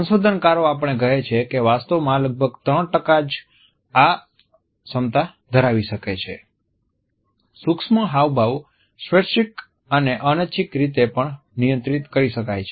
સંશોધનકારો આપણને કહે છે કે વસ્તિમાના લગભગ 3 જ આ ક્ષમતા ધરાવી શકે છે સૂક્ષ્મ હાવભાવ સ્વૈચ્છિક અને અનૈચ્છિક રીતે પણ નિયંત્રિત કરી શકાય છે